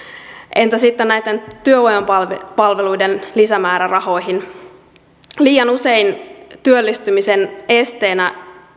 entä sitten näitten työvoimapalveluiden lisämäärärahoihin liian usein työllistymisen esteenä